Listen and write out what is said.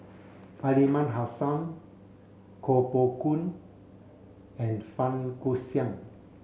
Aliman Hassan Koh Poh Koon and Fang Guixiang